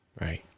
Right